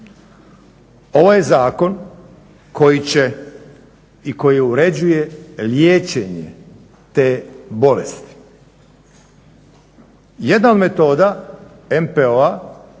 Ovo je zakon koji će i koji uređuje liječenje te bolesti. Jedna od metoda MPO-a